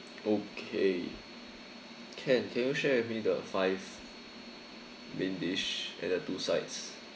okay can can you share with me the five main dish and the two sides